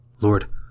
Lord